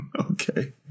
Okay